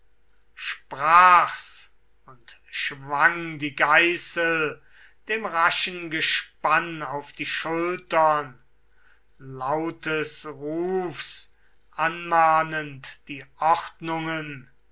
sprach's und schwang die geißel dem raschen gespann auf die schultern lautes rufs anmahnend die ordnungen